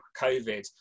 COVID